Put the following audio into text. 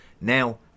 now